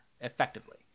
effectively